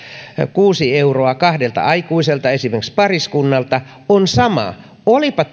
euroa kahdelta aikuiselta esimerkiksi pariskunnalta on sama olipa